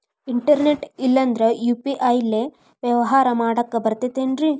Internet ಇಲ್ಲಂದ್ರ UPI ಲೇ ವ್ಯವಹಾರ ಮಾಡಾಕ ಬರತೈತೇನ್ರೇ?